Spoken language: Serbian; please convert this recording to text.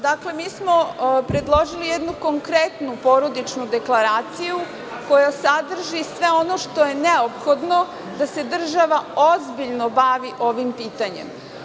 Dakle, predložili smo jednu kompletnu porodičnu deklaraciju koja sadrži sve ono što je neophodno da se država ozbiljno bavi ovim pitanjem.